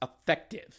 effective